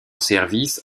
service